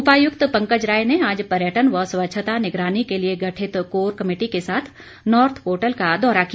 उपायुक्त पंकज राय ने आज पर्यटन एवं स्वच्छता निगरानी के लिए गठित कोर कमेटी के साथ नोर्थ पोर्टल का दौरा किया